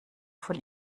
von